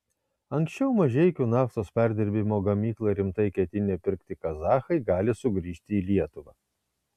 anksčiau mažeikių naftos perdirbimo gamyklą rimtai ketinę pirkti kazachai gali sugrįžti į lietuvą